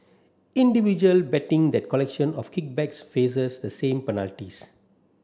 individual betting the collection of kickbacks faces the same penalties